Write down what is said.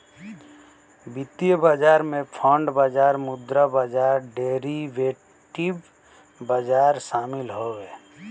वित्तीय बाजार में बांड बाजार मुद्रा बाजार डेरीवेटिव बाजार शामिल हउवे